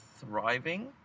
thriving